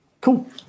Cool